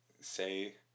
say